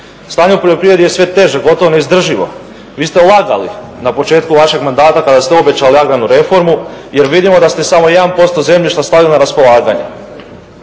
Stanje u poljoprivredi je sve teže, gotovo neizdrživo. Vi ste lagali na početku vašeg mandata kada ste obećali agrarnu reformu, jer vidimo da ste samo 1% zemljišta stavili na raspolaganju.